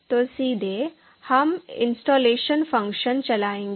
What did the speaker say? तो सीधे हम इंस्टॉलेशन फ़ंक्शन चलाएंगे